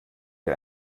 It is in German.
wir